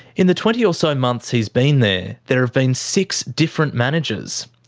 in the twenty or so months he's been there, there've been six different managers.